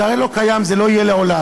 זה הרי לא קיים, זה לא יהיה לעולם.